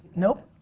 nope.